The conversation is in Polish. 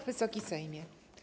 Wysoki Sejmie!